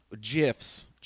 GIFs